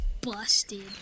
busted